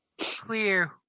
clear